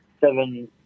seven